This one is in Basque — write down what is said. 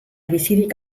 bizirik